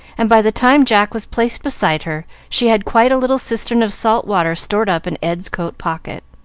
and by the time jack was placed beside her, she had quite a little cistern of salt water stored up in ed's coat-pocket.